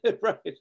Right